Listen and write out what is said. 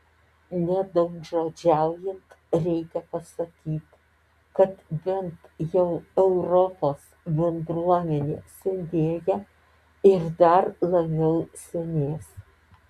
nedaugžodžiaujant reikia pasakyti kad bent jau europos bendruomenė senėja ir dar labiau senės